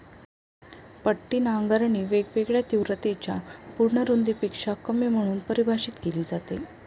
पट्टी नांगरणी वेगवेगळ्या तीव्रतेच्या पूर्ण रुंदीपेक्षा कमी म्हणून परिभाषित केली जाते